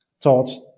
thoughts